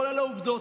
אבל אלה העובדות,